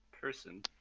person